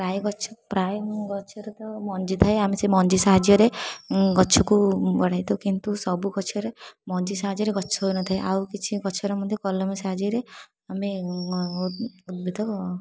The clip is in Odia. ପ୍ରାୟ ଗଛ ପ୍ରାୟ ମୋ ଗଛରେ ତ ମଞ୍ଜି ଥାଏ ଆମେ ସେ ମଞ୍ଜି ସାହାଯ୍ୟରେ ଗଛକୁ ବଢ଼ାଇଥାଉ କିନ୍ତୁ ସବୁ ଗଛରେ ମଞ୍ଜି ସାହାଯ୍ୟରେ ଗଛ ହୋଇନଥାଏ ଆଉ କିଛି ଗଛରେ ମଧ୍ୟରେ କଲମି ସାହାଯ୍ୟରେ ଆମେ ଉଦ୍ଭିଦ